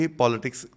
politics